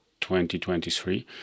2023